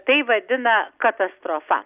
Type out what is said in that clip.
tai vadina katastrofa